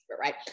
right